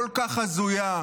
כל כך הזויה?